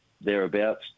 thereabouts